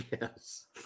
Yes